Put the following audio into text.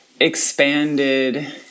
expanded